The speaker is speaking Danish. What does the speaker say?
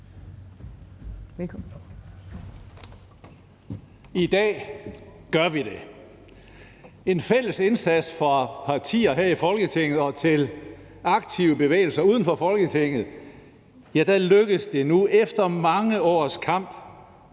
I dag gør vi det. Ved en fælles indsats af partier her i Folketinget og aktive bevægelser uden for Folketinget lykkes det nu efter mange års kamp